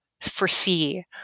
foresee